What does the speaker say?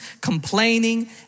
complaining